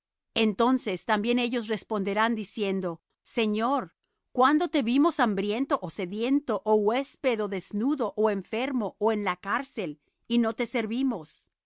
entonces también ellos le responderán diciendo señor cuándo te vimos hambriento ó sediento ó huésped ó desnudo ó enfermo ó en la cárcel y no te servimos